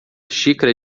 xícara